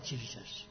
Jesus